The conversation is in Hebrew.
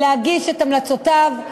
להגיש את המלצותיו,